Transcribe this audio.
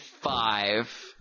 five